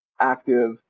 active